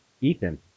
Ethan